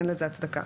אין לזה הצדקה.